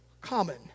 common